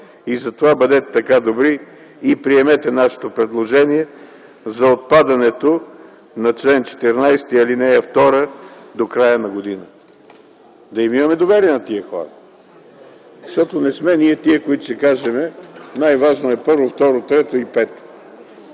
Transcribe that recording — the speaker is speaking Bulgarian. Затова бъдете така добри и приемете нашето предложение за отпадането на чл. 14, ал. 2 до края на годината. Нека да имаме доверие на тези хора, защото не сме ние тези, които ще кажем, че е най-важно първо, второ, трето и пето.